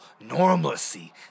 Normalcy